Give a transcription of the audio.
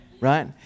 Right